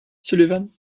sullivan